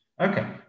Okay